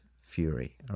fury